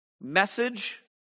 message